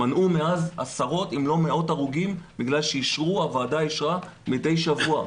מנעו מאז עשרות אם לא מאות הרוגים בגלל שהוועדה אישרה מדי שבוע.